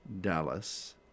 Dallas